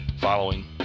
following